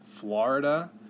Florida